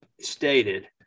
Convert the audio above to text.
Stated